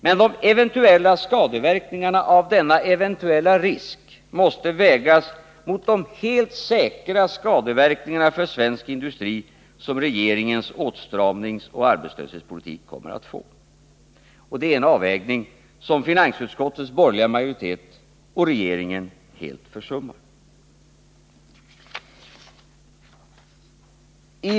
Men de eventuella skadeverkningarna av denna eventuella risk måste vägas mot de helt säkra skadeverkningar för svensk industri som regeringens åtstramningsoch arbetslöshetspolitik kommer att få. Det är en avvägning som finansutskottets borgerliga majoritet och regeringen helt försummar att göra.